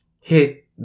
hit